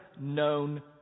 known